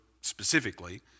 specifically